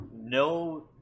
no